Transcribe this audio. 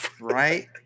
right